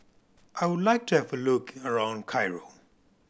I would like to have a look around Cairo